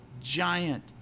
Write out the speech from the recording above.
giant